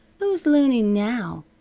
who's loony now?